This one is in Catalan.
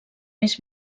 més